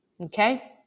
Okay